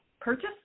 purchase